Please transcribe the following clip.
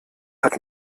hat